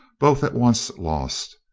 both at once lost.